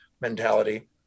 mentality